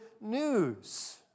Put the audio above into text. news